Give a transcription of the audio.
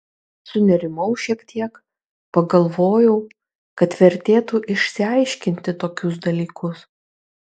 sunerimau šiek tiek pagalvojau kad vertėtų išsiaiškinti tokius dalykus